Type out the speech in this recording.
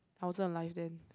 I wasn't alive then